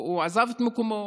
הוא עזב את מקומו,